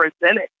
presented